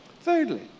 Thirdly